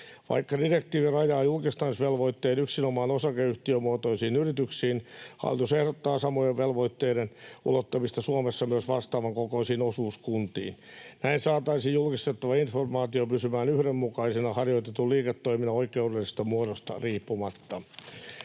Vaikka direktiivi rajaa julkistamisvelvoitteen yksinomaan osakeyhtiömuotoisiin yrityksiin, hallitus ehdottaa samojen velvoitteiden ulottamista Suomessa myös vastaavan kokoisiin osuuskuntiin. Näin saataisiin julkistettava informaatio pysymään yhdenmukaisena harjoitetun liiketoiminnan oikeudellisesta muodosta riippumatta.